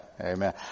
amen